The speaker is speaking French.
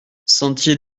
sentier